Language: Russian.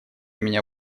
меня